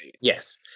Yes